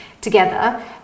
together